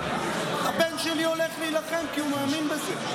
הבן שלי הולך להילחם כי הוא מאמין בזה.